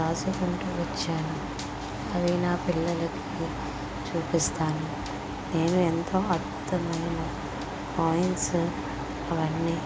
దాచుకుంటూ వచ్చాను అది నా పిల్లలకి చూపిస్తాను నేను ఎంత అద్భుతమైన కాయిన్స్ అవన్నీ